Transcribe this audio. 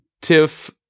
Tiff